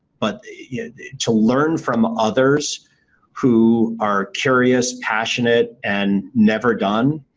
but to learn from others who are curious, passionate and never done,